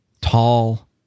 tall